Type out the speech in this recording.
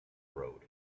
road